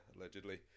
allegedly